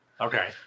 Okay